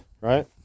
right